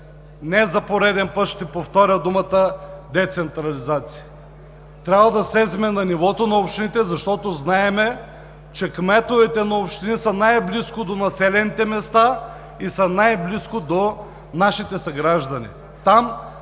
за пореден път ще повторя думата „децентрализация“, трябва да слезем на нивото на общините, защото, знаем, че кметовете на общините са най-близко до населените места и са най-близко до нашите съграждани.